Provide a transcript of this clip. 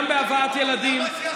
גם בהבאת ילדים,